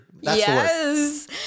yes